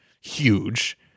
huge